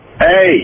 Hey